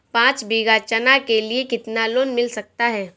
पाँच बीघा चना के लिए कितना लोन मिल सकता है?